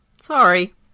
sorry